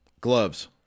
Gloves